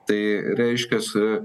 tai reiškias